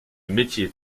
métier